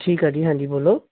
ਠੀਕ ਆ ਜੀ ਹਾਂਜੀ ਬੋਲੋ